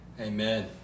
amen